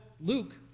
Luke